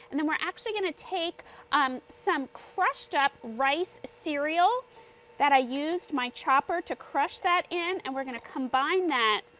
and and we're going to take um some crushed up rice cereal that i used my chopper to crush that in. and we're going to combine that.